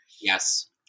Yes